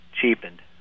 cheapened